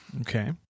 Okay